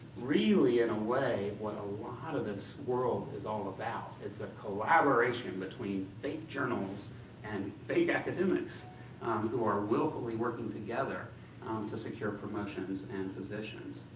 really, in a way, what a lot of this world is all about. it's a collaboration between fake journals and fake academics who are willfully working together to secure promotions and and positions.